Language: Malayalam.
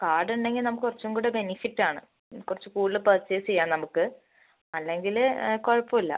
കാർഡ് ഉണ്ടെങ്കിൽ നമുക്ക് കുറച്ചും കൂടെ ബെനിഫിറ്റ് ആണ് കുറച്ച് കൂടുതൽ പർച്ചേസ് ചെയ്യാം നമുക്ക് അല്ലെങ്കിൽ കുഴപ്പം ഇല്ല